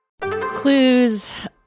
Clues